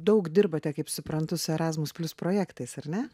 daug dirbate kaip suprantu su erasmus plius projektais ar ne